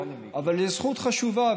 אבל זו זכות חשובה,